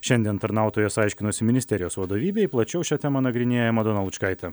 šiandien tarnautojas aiškinosi ministerijos vadovybei plačiau šią temą nagrinėja madona lučkaitė